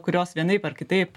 kurios vienaip ar kitaip